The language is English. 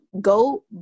go